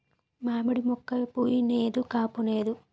మావిడి మోక్క పుయ్ నేదు కాపూనేదు